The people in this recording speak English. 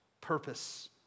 purpose